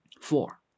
Four